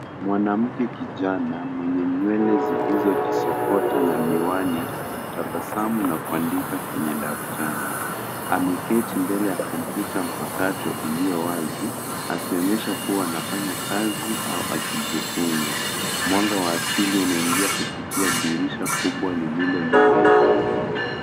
Mwanamke kijana, mwenye nywele zilizojisokota na miwani, anatabasamu na kuandika kwenye daftari. Ameketi mbele ya kompyuta mpakato iliyo wazi, akionyesha kuwa anafanya kazi au akijifunza. Mwanga wa asili unaingia kupitia dirisha kubwa lililo nyuma yake.